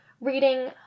reading